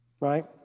right